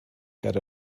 ger